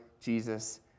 Jesus